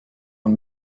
and